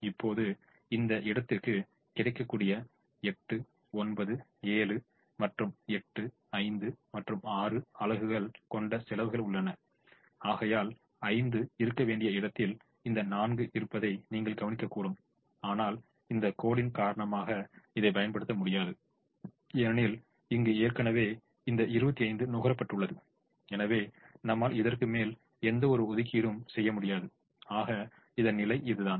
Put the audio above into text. இப்போது இந்த இடத்துக்கு கிடைக்கக்கூடிய 8 9 7 மற்றும் 8 5 மற்றும் 6 அழகுகல் கொண்ட செலவுகள் உள்ளன ஆகையால் 5 இருக்க வேண்டிய இடத்தில் இந்த 4 இருப்பதை நீங்கள் கவனிக்கக்கூடும் ஆனால் இந்த கோடு காரணமாக இதைப் பயன்படுத்த முடியாது ஏனெனில் இங்கு ஏற்கனவே இந்த 25 நுகரப்பட்டுள்ளது எனவே நம்மால் இதற்குமேல் எந்த ஒரு ஒதுக்கீடும் செய்ய முடியாது ஆக இதன் நிலை இது தான்